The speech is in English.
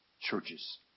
churches